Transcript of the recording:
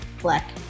black